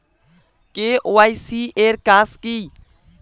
KYC এর কাজ কি?